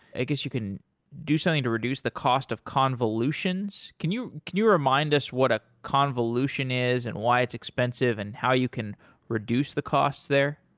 i guess, you can do something to reduce the cost of convolutions. can you can you remind us what a convolution is and why it's expensive and how you can reduce the costs there?